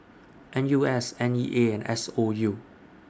N U S N E A and S O U